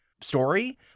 story